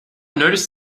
noticed